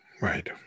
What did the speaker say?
Right